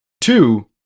Two